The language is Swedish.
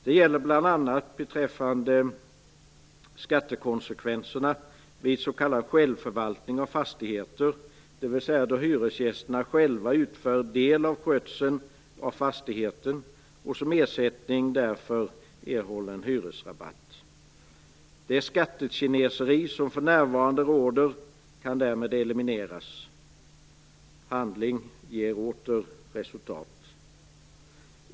Det gäller bl.a. beträffande skattekonsekvenserna vid s.k. självförvaltning av fastigheter, dvs. då hyresgästerna själva utför del av skötseln av fastigheten och som ersättning därför erhåller en hyresrabatt. Det skattekineseri som för närvarande råder kan därmed elimineras. Handling ger åter resultat!